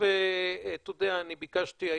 אני ביקשתי היום,